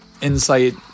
insight